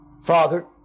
Father